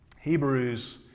Hebrews